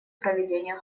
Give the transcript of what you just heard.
проведения